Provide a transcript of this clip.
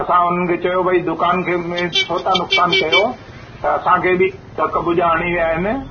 असां उन्हनि खे चयो भई दुकान खे में छो था नुक़सान कयो त असां खे बि धक भुजा हणी विया आहिनि